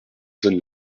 zone